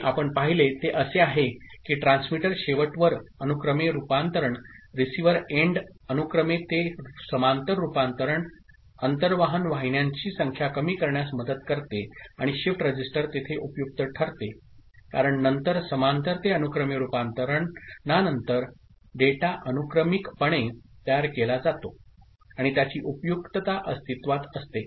जे आपण पाहिले ते असे आहे की ट्रान्समीटर शेवटवर अनुक्रमे रूपांतरण रिसीव्हर एंड अनुक्रमे ते समांतर रूपांतरण अंतर्वाहन वाहिन्यांची संख्या कमी करण्यास मदत करते आणि शिफ्ट रजिस्टर तेथे उपयुक्त ठरते कारण नंतर समांतर ते अनुक्रमे रुपांतरणानंतर डेटा आनुक्रमिकपणे तयार केला जातो आणि त्याची उपयुक्तता अस्तित्वात असते